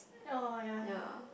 oh yeah yeah